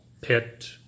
pit